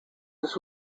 this